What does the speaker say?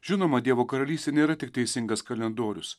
žinoma dievo karalystė nėra tik teisingas kalendorius